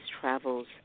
travels